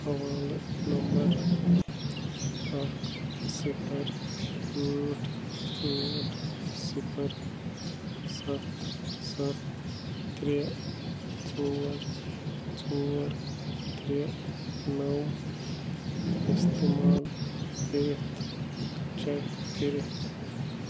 حوالہٕ نمبَر اَکھ صِفَر ٲٹھ ٲٹھ صِفَر سَتھ سَتھ ترٛےٚ ژور ژور ترٛےٚ نَو استعمال کٔرِتھ چیٚک کٔرِتھ